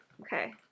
Okay